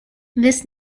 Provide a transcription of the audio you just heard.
this